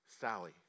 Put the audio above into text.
Sally